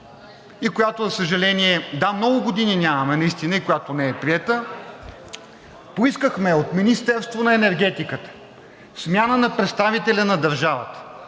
от ГЕРБ-СДС), да, много години нямаме наистина и която не е приета. Поискахме от Министерството на енергетиката смяна на представителя на държавата,